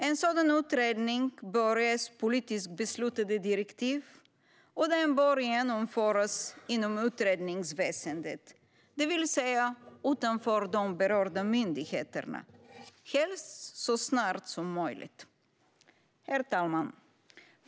En sådan utredning bör ges politiskt beslutade direktiv och bör genomföras inom utredningsväsendet, det vill säga utanför de berörda myndigheterna - helst så snart som möjligt. Herr talman!